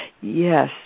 Yes